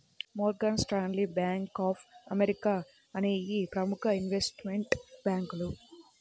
Morgan Stanley, Bank of America అనేయ్యి ప్రముఖ investment బ్యేంకులు